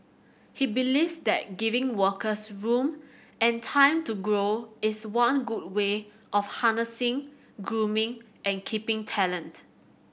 he believes that giving workers room and time to grow is one good way of harnessing grooming and keeping talent